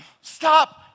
stop